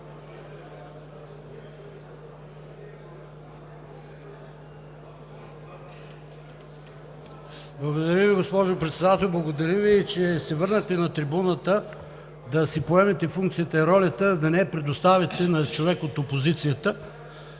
Благодаря Ви, госпожо Председател. Благодаря Ви, че се върнахте на трибуната да си поемете функциите и ролята, а да не я предоставяте на човек от опозицията.